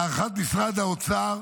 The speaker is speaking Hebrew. להערכת משרד האוצר,